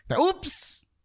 Oops